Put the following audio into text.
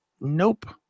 Nope